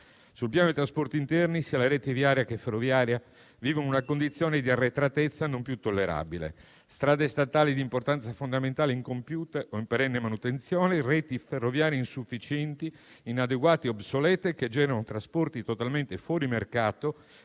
Sul piano dei trasporti interni, sia la rete viaria che quella ferroviaria vivono una condizione di arretratezza non più tollerabile: strade statali di importanza fondamentale incompiute o in perenne manutenzione, reti ferroviarie insufficienti, inadeguate o obsolete che generano trasporti totalmente fuori mercato